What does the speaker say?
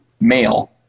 male